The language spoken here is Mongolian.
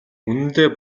үнэндээ